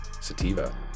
sativa